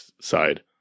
side